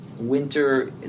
winter